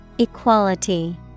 Equality